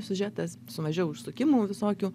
siužetas su mažiau užsukimų visokių